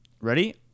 ready